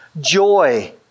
Joy